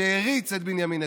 שהריץ את בנימין נתניהו.